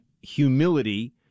humility